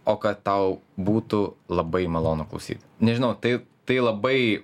o kad tau būtų labai malonu klausyti nežinau tai tai labai